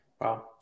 Wow